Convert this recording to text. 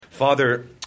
Father